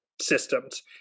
systems